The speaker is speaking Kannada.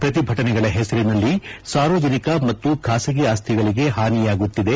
ಪ್ರತಿಭಟನೆಗಳ ಪೆಸರಿನಲ್ಲಿ ಸಾರ್ವಜನಿಕ ಮತ್ತು ಖಾಸಗಿ ಆಸ್ತಿಗಳಿಗೆ ಪಾನಿಯಾಗುತ್ತಿದೆ